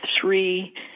three